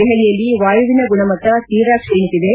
ದೆಹಲಿಯಲ್ಲಿ ವಾಯುವಿನ ಗುಣಮಟ್ಟ ತೀರಾ ಕ್ಷೀಣಿಸಿದೆ